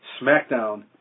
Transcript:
SmackDown